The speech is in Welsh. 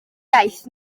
iaith